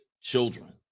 children